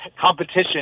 competition